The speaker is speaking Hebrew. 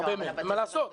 אין מה לעשות,